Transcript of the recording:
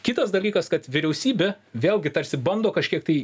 kitas dalykas kad vyriausybė vėlgi tarsi bando kažkiek tai